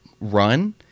run